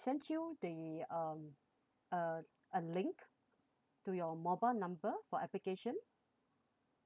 sent you the um uh a link to your mobile number for application